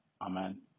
Amen